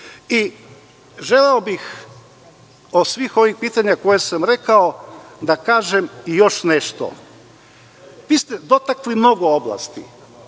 bih od svih ovih pitanja koje sam rekao da kažem još nešto. Vi ste dotakli mnogo oblasti,